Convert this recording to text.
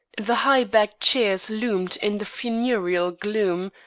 the high-backed chairs loomed in the funereal gloom,